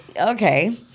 Okay